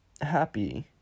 happy